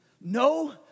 No